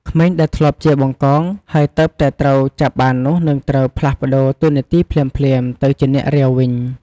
ក្មេងដែលធ្លាប់ជា បង្កង ហើយទើបតែត្រូវចាប់បាននោះ នឹងត្រូវ ផ្លាស់ប្តូរតួនាទីភ្លាមៗ ទៅជា អ្នករាវ វិញ។